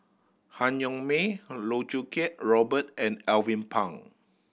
Han Yong May Loh Choo Kiat Robert and Alvin Pang